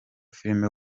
filime